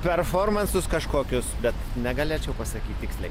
performansus kažkokius bet negalėčiau pasakyt tiksliai